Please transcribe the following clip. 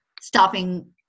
stopping